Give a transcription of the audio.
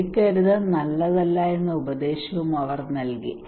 എടുക്കരുത് നല്ലതല്ല എന്ന ഉപദേശവും അവർ നൽകി